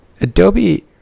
Adobe